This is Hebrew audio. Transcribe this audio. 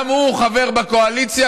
גם הוא חבר בקואליציה,